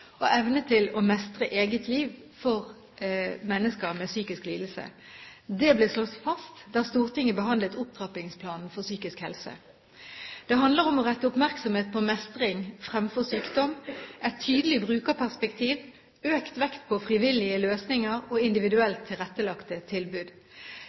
og evne til å mestre eget liv for mennesker med psykisk lidelse. Det ble slått fast da Stortinget behandlet Opptrappingsplan for psykisk helse. Det handler om å rette oppmerksomhet på mestring fremfor sykdom, et tydelig brukerperspektiv, økt vekt på frivillige løsninger og